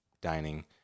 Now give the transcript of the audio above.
dining